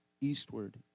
eastward